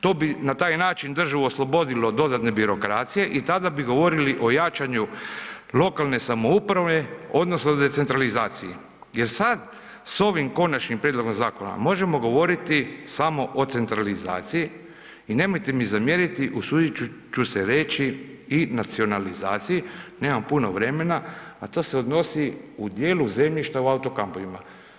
To bi na taj način državu oslobodilo dodatne birokracije i tada bi govorili o jačanju lokalne samouprave odnosno decentralizacije jer sad s ovim konačnim prijedlogom zakona možemo govoriti samo o centralizaciji i nemojte mi zamjeriti, usudit ću se reći i nacionalizaciji, nemam puno vremena, a to se odnosi u djelu zemljišta u auto-kampovima.